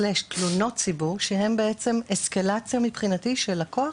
או תלונות ציבור, שמבחינתי הן אסקלציה של הכוח,